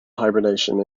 hibernation